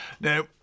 Now